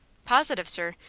positive, sir.